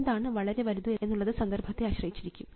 എന്താണ് വളരെ വലുത് എന്നുള്ളത് സന്ദർഭത്തെ ആശ്രയിച്ചിരിക്കും